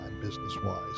business-wise